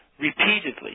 repeatedly